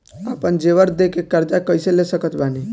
आपन जेवर दे के कर्जा कइसे ले सकत बानी?